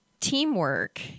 Teamwork